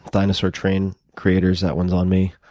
dinosaur train creators, that one's on me.